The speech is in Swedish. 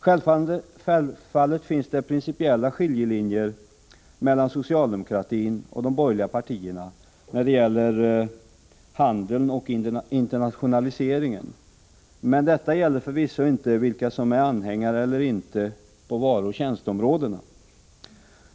Självfallet finns det principiella skiljelinjer mellan socialdemokratin och de borgerliga partierna avseende handeln och internationaliseringen, men detta gäller förvisso inte vilka som är anhängare eller inte på varuoch tjänsteområdena.